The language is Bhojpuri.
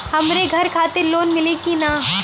हमरे घर खातिर लोन मिली की ना?